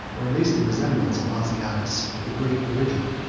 or at least the resemblance, of bassianus with the great original.